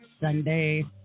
Sunday